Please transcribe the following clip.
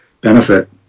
benefit